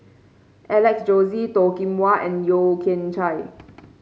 Alex Josey Toh Kim Hwa and Yeo Kian Chye